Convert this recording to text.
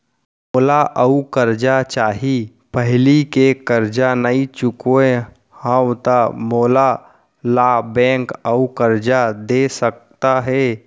मोला अऊ करजा चाही पहिली के करजा नई चुकोय हव त मोल ला बैंक अऊ करजा दे सकता हे?